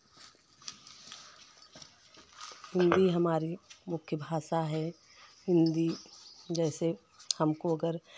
हिंदी हमारी मुख्य भाषा है हिंदी जैसे हमको अगर